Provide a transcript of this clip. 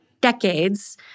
decades